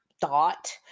Thought